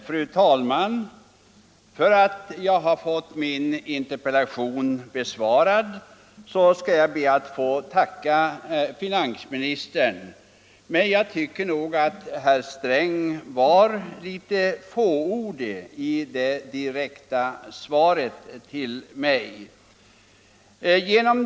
Fru talman! För att jag har fått min interpellation besvarad ber jag att få tacka herr finansministern, men jag tycker nog att herr Sträng var litet fåordig i det direkta svaret till mig.